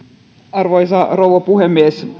arvoisa rouva puhemies